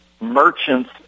merchants